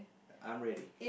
I'm ready